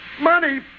Money